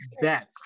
best